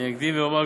אני אקדים ואומר,